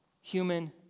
human